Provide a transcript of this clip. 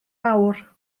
awr